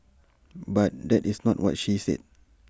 but that is not what she said